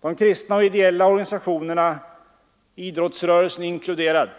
De kristna och ideella organisationerna, idrottsrörelsen inkluderad,